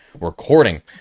recording